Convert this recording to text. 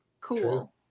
Cool